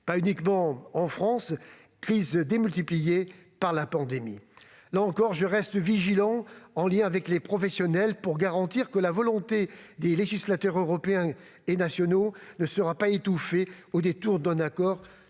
pas uniquement en France, cette crise étant amplifiée par la pandémie. Là encore, je compte rester vigilant, en lien avec les professionnels, pour garantir que la volonté des législateurs européen et national ne sera pas étouffée au détour d'un accord